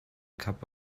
cup